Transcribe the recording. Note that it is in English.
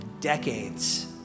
decades